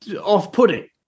off-putting